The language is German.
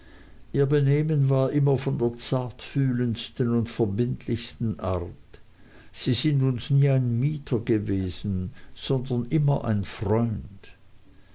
ihr benehmen war immer von der zartfühlendsten und verbindlichsten art sie sind uns nie ein mieter gewesen sondern immer ein freund